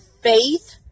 faith